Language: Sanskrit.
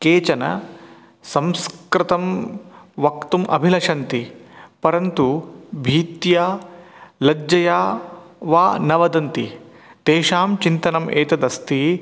केचन संस्कृतं वक्तुम् अभिलषन्ति परन्तु भीत्या लज्जया वा न वदन्ति तेषां चिन्तनम् एतदस्ति